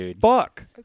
fuck